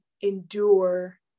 endure